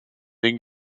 den